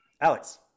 Alex